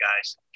guys